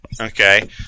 okay